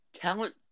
talent